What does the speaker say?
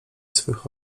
swych